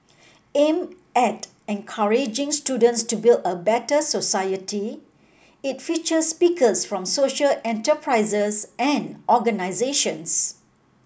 aim at encouraging students to build a better society it features speakers from social enterprises and organisations